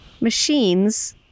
Machines